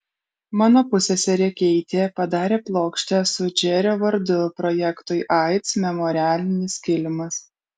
mano pusseserė keitė padarė plokštę su džerio vardu projektui aids memorialinis kilimas